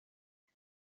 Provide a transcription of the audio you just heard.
است